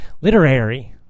Literary